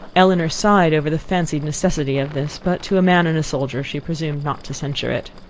elinor sighed over the fancied necessity of this but to a man and a soldier she presumed not to censure it.